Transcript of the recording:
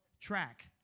Track